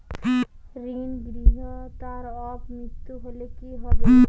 ঋণ গ্রহীতার অপ মৃত্যু হলে কি হবে?